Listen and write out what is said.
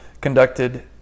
conducted